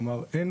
אין